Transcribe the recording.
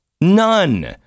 none